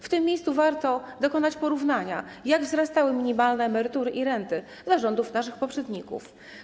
W tym miejscu warto dokonać porównania, jak wzrastały minimalne emerytury i renty za rządów naszych poprzedników.